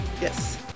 Yes